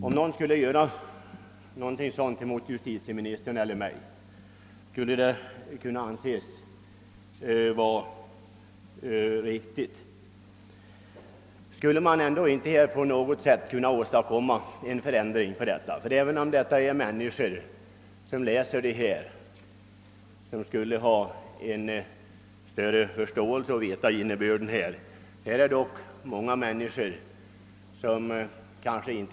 Om man skulle utsätta justitieministern eller mig för sådana misstankar, skulle vi då anse det vara riktigt? Bör vi därför inte försöka åstadkomma en förändring på detta område? Även om de människor som brukar läsa ifrågavarande publikationer känner till skillnaden mellan en ansökan och en dom har dock många inte klart för sig denna skillnad.